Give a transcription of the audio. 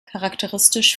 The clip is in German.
charakteristisch